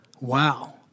wow